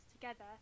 together